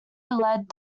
led